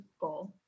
goal